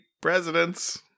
presidents